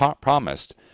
promised